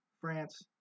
France